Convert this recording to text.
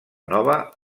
nova